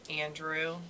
Andrew